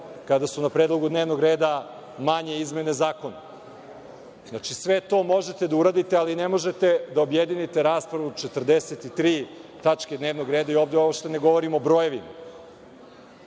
kada su na predlogu dnevnog reda manje izmene zakona. Znači, sve to možete da uradite, ali ne možete da objedinite raspravu o 43 tačke dnevnog reda. Ovde uopšte ne govorim o brojevima.